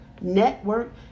network